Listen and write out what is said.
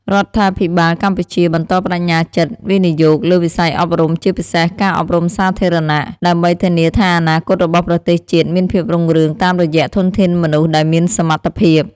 រដ្ឋាភិបាលកម្ពុជាបន្តប្តេជ្ញាចិត្ត វិនិយោគលើវិស័យអប់រំ ជាពិសេសការអប់រំសាធារណៈ ដើម្បីធានាថាអនាគតរបស់ប្រទេសជាតិមានភាពរុងរឿងតាមរយៈធនធានមនុស្សដែលមានសមត្ថភាព។